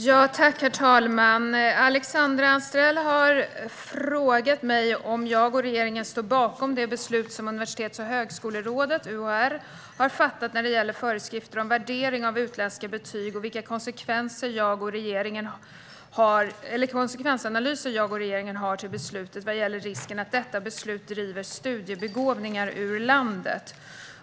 Svar på interpellationer Herr talman! Alexandra Anstrell har frågat mig om jag och regeringen står bakom det beslut som Universitets och högskolerådet har fattat när det gäller föreskrifter om värdering av utländska betyg och vilka konsekvensanalyser jag och regeringen har till beslutet vad gäller risken att detta beslut driver studiebegåvningar ur landet.